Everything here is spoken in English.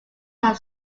had